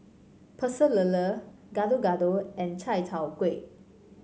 Pecel Lele Gado Gado and Chai Tow Kuay